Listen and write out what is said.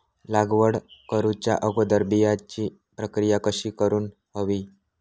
लागवड करूच्या अगोदर बिजाची प्रकिया कशी करून हवी?